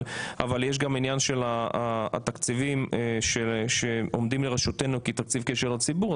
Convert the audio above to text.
אבל יש גם עניין של התקציבים שעומדים לרשותנו כתקציב קשר לציבור.